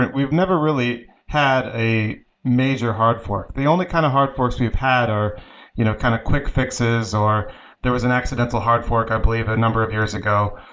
and we've never really had a major hard fork. they only kind of hard forks we've had are you know kind of quick fixes, or there was an accidental hard fork i believe a number of years ago,